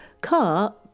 car